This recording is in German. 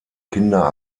kinder